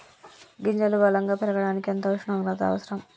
గింజలు బలం గా పెరగడానికి ఎంత ఉష్ణోగ్రత అవసరం?